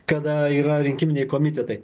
kada yra rinkiminiai komitetai